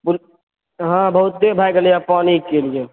पु हँ बहुते भऽ गेलैहे पानिके लिये